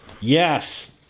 Yes